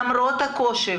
למרות הקושי,